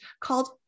called